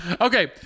Okay